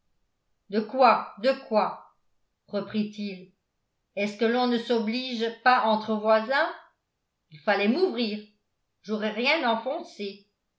de quoi de quoi reprit-il est-ce que l'on ne s'oblige pas entre voisins il fallait m'ouvrir j'aurais rien